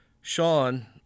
Sean